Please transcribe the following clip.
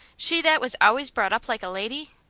she that was always brought up like a lady!